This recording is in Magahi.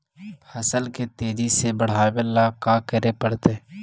फसल के तेजी से बढ़ावेला का करे पड़तई?